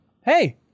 Hey